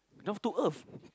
down to earth